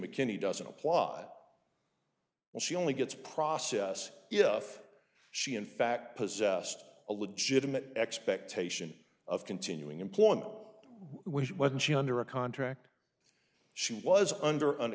mckinney doesn't apply well she only gets process if she in fact possessed a legitimate expectation of continuing employment which wasn't she under a contract she was under